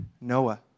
Noah